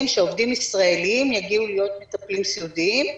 שעובדים ישראלים יגיעו להיות מטפלים סיעודיים.